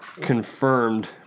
confirmed